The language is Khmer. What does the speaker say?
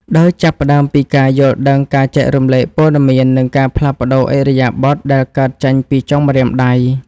ដោយចាប់ផ្ដើមពីការយល់ដឹង ការចែករំលែកព័ត៌មាន និងការផ្លាស់ប្តូរឥរិយាបថដែលកើតចេញពីចុងម្រាមដៃ។